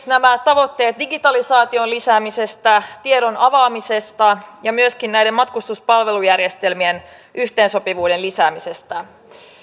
nämä tavoitteet digitalisaation lisäämisestä tiedon avaamisesta ja myöskin näiden matkustuspalvelujärjestelmien yhteensopivuuden lisäämisestä